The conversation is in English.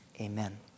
amen